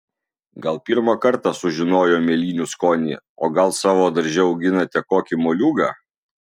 gal pirmą kartą sužinojo mėlynių skonį o gal savo darže auginate kokį moliūgą